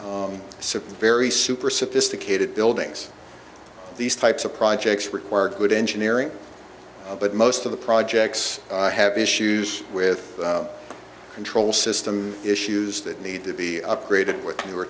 superior super sophisticated buildings these types of projects require good engineering but most of the projects have issues with control system issues that need to be upgraded with newer